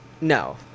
no